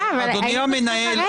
אדוני המנהל,